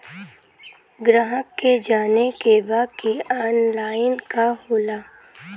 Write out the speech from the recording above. ग्राहक के जाने के बा की ऑनलाइन का होला?